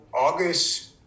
August